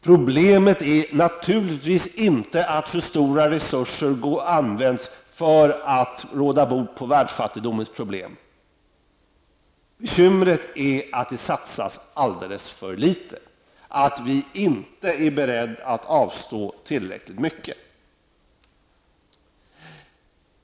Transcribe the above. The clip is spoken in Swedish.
Problemet är naturligtvis inte att för stora resurser används för att råda bot på världsfattigdomens problem. Bekymret är att det satsas alltför litet, att vi inte är beredda att avstå tillräckligt mycket.